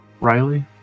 Riley